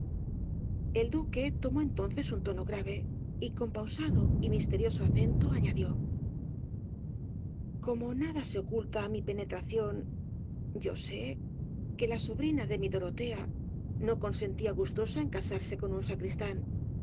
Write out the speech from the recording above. el duque tomó entonces un tono grave y con pausado y misterioso acento añadió como nada se oculta á mi penetración yo sé que la sobrina de mi dorotea no consentía gustosa en casarse con un sacristán